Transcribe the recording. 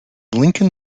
lincoln